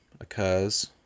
occurs